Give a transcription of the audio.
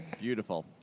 Beautiful